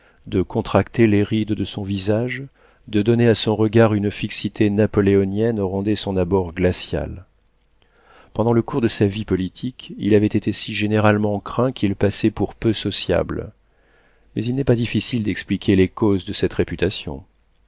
de contracter les rides de son visage de donner à son regard une fixité napoléonienne rendait son abord glacial pendant le cours de sa vie politique il avait été si généralement craint qu'il passait pour peu sociable mais il n'est pas difficile d'expliquer les causes de cette réputation